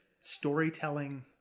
storytelling